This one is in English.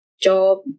job